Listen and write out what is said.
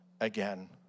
again